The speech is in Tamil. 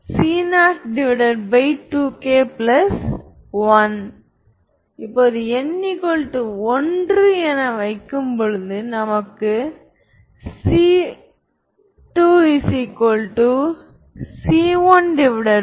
அப்படி ஆர்த்தோகனல் இல்லையென்றால் அவர்கள் வேறுபட்டவர்கள் அல்ல என்று அர்த்தம்